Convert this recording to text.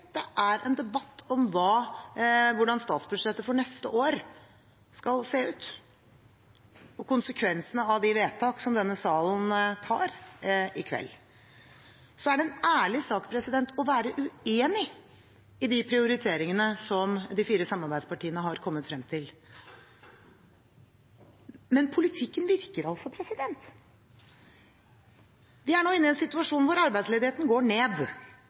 Dette er en debatt om hvordan statsbudsjettet for neste år skal se ut og konsekvensene av de vedtak som denne salen gjør i kveld. Så er det en ærlig sak å være uenig i de prioriteringene som de fire samarbeidspartiene har kommet frem til. Men politikken virker. Vi er nå inne i en situasjon hvor arbeidsledigheten går ned,